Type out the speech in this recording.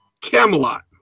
Camelot